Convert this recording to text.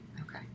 Okay